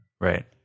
Right